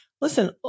listen